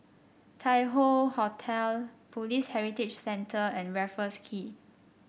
Tai Hoe Hotel Police Heritage Centre and Raffles Quay